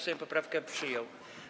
Sejm poprawkę przyjął.